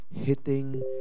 hitting